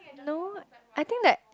no I think that